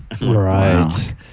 Right